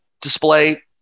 display